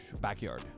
Backyard